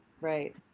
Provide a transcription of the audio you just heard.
Right